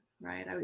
right